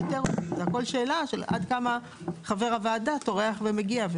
הכול שאלה של עד כמה חבר הוועדה טורח ומגיע.